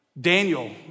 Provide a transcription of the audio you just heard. Daniel